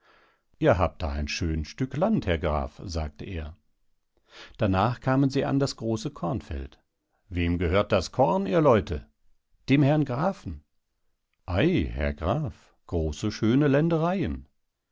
ihr habt da ein schön stück land herr graf sagte er darnach kamen sie an das große kornfeld wem gehört das korn ihr leute dem herrn grafen ei herr graf große schöne ländereien